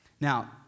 Now